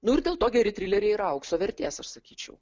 nu ir dėl to geri trileriai yra aukso vertės aš sakyčiau